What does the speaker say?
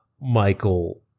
Michael